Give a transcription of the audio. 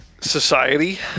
society